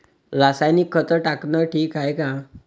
रासायनिक खत टाकनं ठीक हाये का?